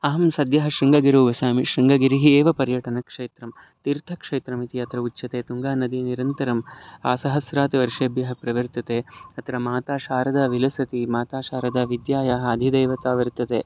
अहं सद्यः शृङ्गगिरौ वसामि शृङ्गगिरिः एव पर्यटनक्षेत्रं तीर्थक्षेत्रम् इति अत्र उच्यते तुङ्गानदी निरन्तरम् आसहस्रात् वर्षेभ्यः प्रवर्तते अत्र माता शारदा विलसति माता शारदा विद्यायाः आदिदैवता वर्तते